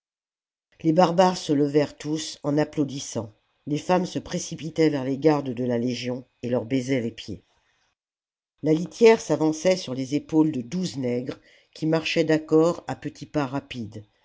les barbares se levèrent tous en applaudissant les femmes se précipitaient vers les gardes de la légion et leur baisaient les pieds la litière s'avançait sur les épaules de douze nègres qui marchaient d'accord à petits pas rapides